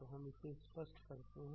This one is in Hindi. तो हम इसे स्पष्ट करते हैं